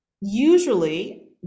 usually